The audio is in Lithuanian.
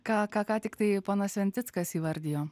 ką ką ką tik tai ponas sventickas įvardijo